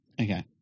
okay